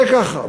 זה ככה.